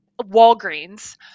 Walgreens